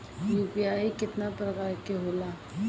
UPI केतना प्रकार के होला?